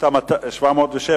שאילתא מס' 707,